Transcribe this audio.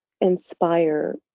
inspire